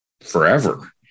forever